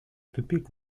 тупик